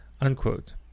unquote